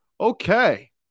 Okay